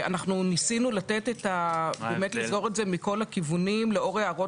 ניסינו לסגור את זה מכל הכיוונים לאור הערות